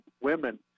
women